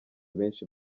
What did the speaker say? benshi